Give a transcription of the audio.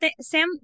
sam